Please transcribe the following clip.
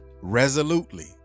resolutely